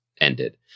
ended